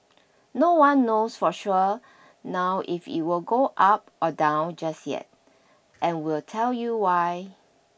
no one knows for sure now if it will go up or down just yet and we'll tell you why